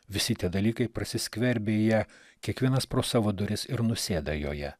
visi tie dalykai prasiskverbę jie kiekvienas pro savo duris ir nusėda joje